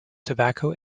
tobacco